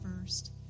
first